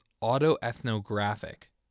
auto-ethnographic